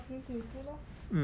mm